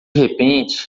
repente